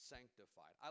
Sanctified